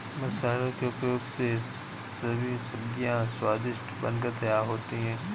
मसालों के उपयोग से सभी सब्जियां स्वादिष्ट बनकर तैयार होती हैं